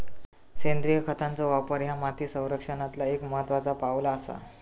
सेंद्रिय खतांचो वापर ह्या माती संरक्षणातला एक महत्त्वाचा पाऊल आसा